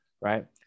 right